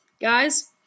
Guys